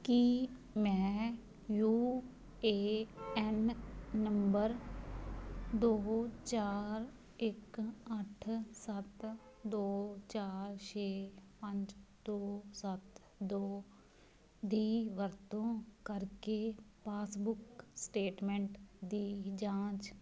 ਕੀ ਮੈਂ U A N ਨੰਬਰ ਦੋ ਚਾਰ ਇੱਕ ਅੱਠ ਸੱਤ ਦੋ ਚਾਰ ਛੇ ਪੰਜ ਦੋ ਸੱਤ ਦੋ ਦੀ ਵਰਤੋਂ ਕਰਕੇ ਪਾਸਬੁੱਕ ਸਟੇਟਮੈਂਟ ਦੀ ਜਾਂਚ